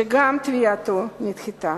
שגם תביעתו נדחתה.